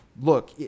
look